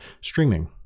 streaming